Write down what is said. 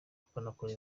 akanakora